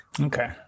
Okay